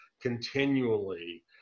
continually